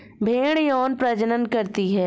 भेड़ यौन प्रजनन करती है